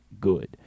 good